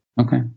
Okay